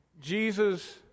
Jesus